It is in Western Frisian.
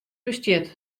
bestiet